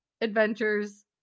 adventures